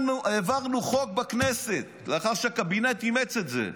העברנו חוק בכנסת, לאחר שהקבינט אימץ את זה,